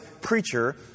preacher